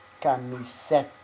Camiseta